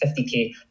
50k